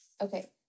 Okay